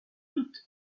toute